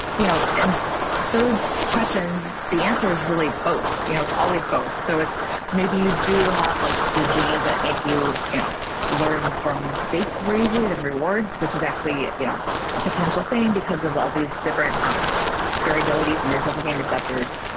you know and those questions, the answer is really both, you know? it's always both, so it's maybe you do have like the genes that make you you know learn from mistakes more easily than rewards, which is actually you know a potential thing because of all these different um variabilities in our dopamine receptors,